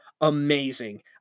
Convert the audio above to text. amazing